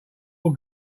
all